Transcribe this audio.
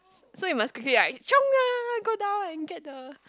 so it must quickly like chiong ah go down and get the